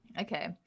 Okay